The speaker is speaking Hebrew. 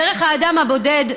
דרך האדם הבודד,